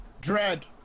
Dread